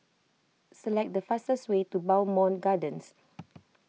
select the fastest way to Bowmont Gardens